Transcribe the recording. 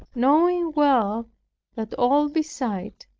knowing well that all beside,